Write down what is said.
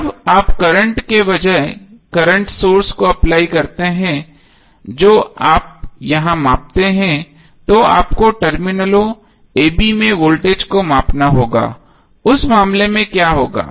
जब आप करंट के बजाय करंट सोर्स को अप्लाई करते हैं जो आप यहां मापते है तो आपको टर्मिनलों a b में वोल्टेज को मापना होगा उस मामले में क्या होगा